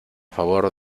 favor